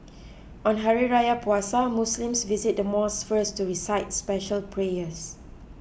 on Hari Raya Puasa Muslims visit the mosque first to recite special prayers